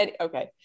okay